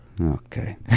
okay